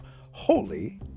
Holy